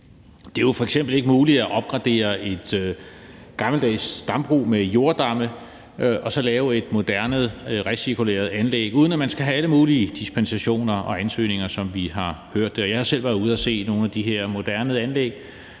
Det er jo f.eks. ikke muligt at opgradere et gammeldags dambrug med jorddamme og så lave et moderne recirkuleret anlæg, uden at man skal have alle mulige dispensationer og ansøgninger, som vi har hørt det. Jeg har selv været ude at se nogle af de her moderne anlæg,